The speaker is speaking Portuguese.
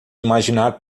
imaginar